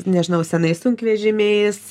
nežinau senais sunkvežimiais